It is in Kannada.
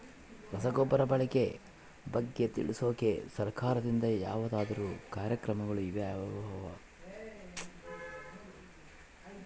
ರಸಗೊಬ್ಬರದ ಬಳಕೆ ಬಗ್ಗೆ ತಿಳಿಸೊಕೆ ಸರಕಾರದಿಂದ ಯಾವದಾದ್ರು ಕಾರ್ಯಕ್ರಮಗಳು ಇದಾವ?